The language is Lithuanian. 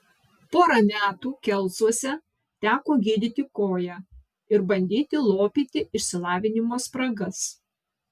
porą metų kelcuose teko gydyti koją ir bandyti lopyti išsilavinimo spragas